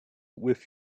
with